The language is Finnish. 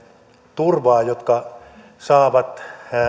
turvaa jotka saavat